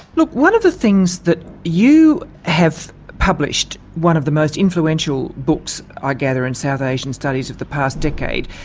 look, one of the things that you have published, one of the most influential books i ah gather in south asian studies of the past decade,